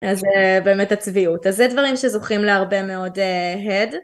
אז באמת הצביעות. אז זה דברים שזוכים להרבה מאוד הד.